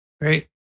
Great